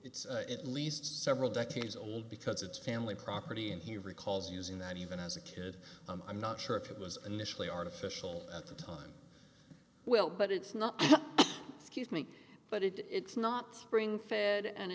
it's at least several decades old because it's family property and he recalls using that even as a kid i'm not sure if it was initially artificial at the time well but it's not scuse me but it's not spring fed and